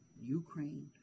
Ukraine